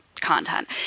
content